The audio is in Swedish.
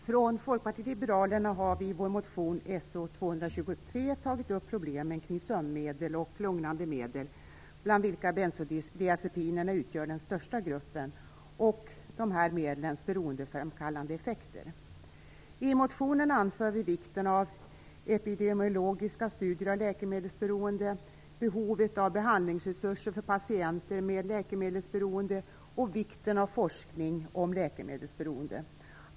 Fru talman! Från Folkpartiet liberalerna har vi i vår motion So223 tagit upp problemen kring sömnmedel och lugnande medel, bland vilka bensodiazepinerna utgör den största gruppen, och dessa medels beroendeframkallande effekter. I motionen anför vi vikten av epidemiologiska studier av läkemedelsberoende, behovet av behandlingsresurser för patienter med läkemedelsberoende och vikten av forskning om läkemedelsberoende.